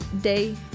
day